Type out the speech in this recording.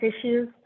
issues